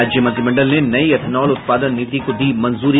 राज्य मंत्रिमंडल ने नई इथेनॉल उत्पादन नीति को दी मंजूरी